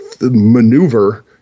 maneuver